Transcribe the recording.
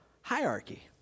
hierarchy